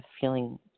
feeling